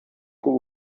күп